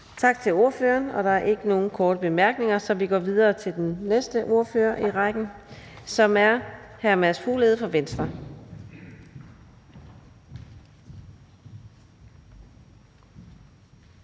Tak til ordføreren. Der er ikke nogen korte bemærkninger, så vi går videre til den næste ordfører i rækken, som er hr. Mads Fuglede fra Venstre.